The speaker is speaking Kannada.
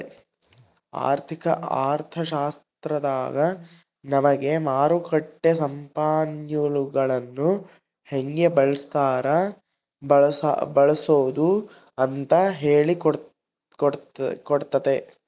ಆರ್ಥಿಕ ಅರ್ಥಶಾಸ್ತ್ರದಾಗ ನಮಿಗೆ ಮಾರುಕಟ್ಟ ಸಂಪನ್ಮೂಲಗುಳ್ನ ಹೆಂಗೆ ಬಳ್ಸಾದು ಅಂತ ಹೇಳಿ ಕೊಟ್ತತೆ